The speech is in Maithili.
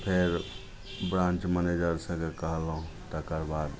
फेर ब्रान्च मैनेजर सभकेँ कहलहुँ तकरबाद